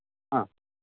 ആ